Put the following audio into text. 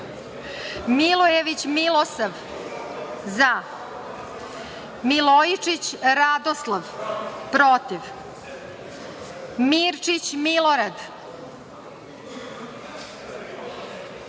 zaMilojević Milosav – zaMilojičić Radoslav – protivMirčić Milorad –